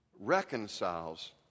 reconciles